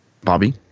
Bobby